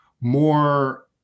more